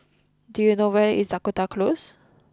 do you know where is Dakota Close